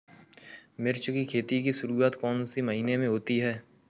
मिर्च की खेती की शुरूआत कौन से महीने में होती है?